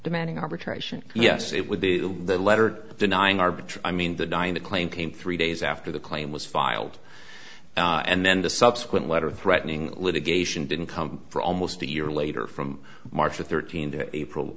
demanding arbitration yes it would be the letter denying arbitron i mean the dyna claim came three days after the claim was filed and then the subsequent letter threatening litigation didn't come for almost a year later from march thirteenth april